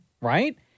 right